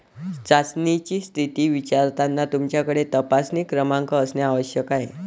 चाचणीची स्थिती विचारताना तुमच्याकडे तपासणी क्रमांक असणे आवश्यक आहे